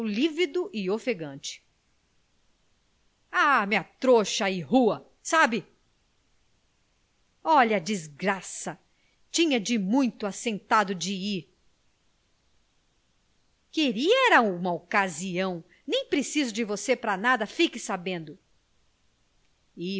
lívido e ofegante arme a trouxa e rua sabe olha a desgraça tinha de muito assentado de ir queria era uma ocasião nem preciso de você pra nada fique sabendo